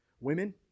Women